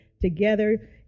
together